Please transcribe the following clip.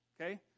okay